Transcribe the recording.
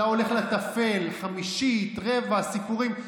אתה הולך אתה הולך לטפל, חמישית, רבע, סיפורים.